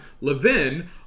Levin